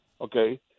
okay